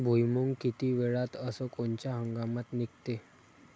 भुईमुंग किती वेळात अस कोनच्या हंगामात निगते?